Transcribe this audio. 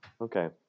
Okay